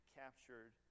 captured